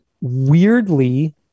weirdly